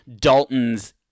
Dalton's